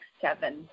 seven